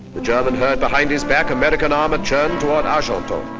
the german heard behind his back american armor churn toward argentan.